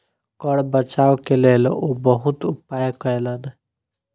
कर बचाव के लेल ओ बहुत उपाय कयलैन